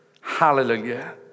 Hallelujah